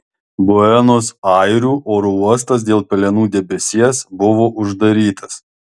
buenos airių oro uostas dėl pelenų debesies buvo uždarytas